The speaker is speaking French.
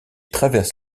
traverse